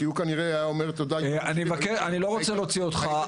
כי הוא כנראה היה אומר --- אני לא רוצה להוציא אותך,